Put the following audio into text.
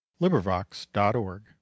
LibriVox.org